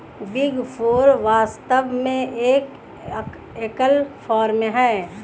big four वास्तव में एक एकल फर्म है